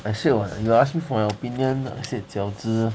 I said what you ask me for my opinion I said 饺子